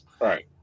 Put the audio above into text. right